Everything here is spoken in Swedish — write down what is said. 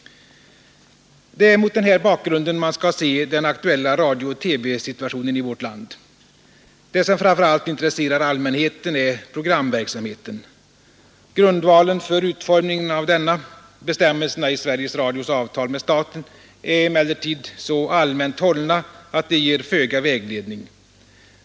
Det är mot denna bakgrund som man skall se den aktuella radiooch TV-situationen i vårt land. Det som framför allt intresserar allmänheten är programverksamheten. Grundvalen för utformningen av denna bestämmelserna i Sveriges Radios avtal med staten — är emellertid så allmänt hållna att de ger föga vägledning.